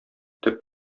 төп